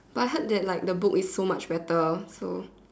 but I heard that like the book is so much better so